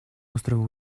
острова